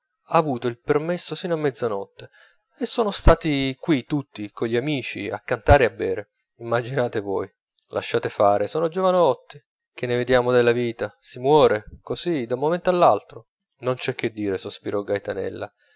ha avuto il permesso sino a mezzanotte e sono stati qui tutti con gli amici a cantare e a bere immaginate voi lasciate fare sono giovanotti che ne vediamo della vita si muore così da un momento all'altro non c'è che dire sospirò